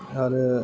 आरो